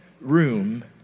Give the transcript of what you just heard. room